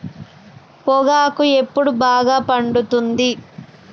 పొగాకు ఎప్పుడు బాగా పండుతుంది?